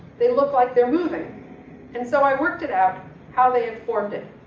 they look like they're moving and so i worked it out how they informed it.